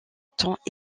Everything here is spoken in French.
temps